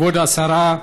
כבוד השרה,